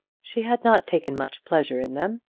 she had not taken much pleasure in them.